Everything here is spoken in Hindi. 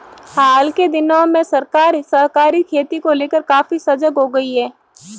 हाल के दिनों में सरकार सहकारी खेती को लेकर काफी सजग हो गई है